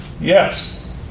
Yes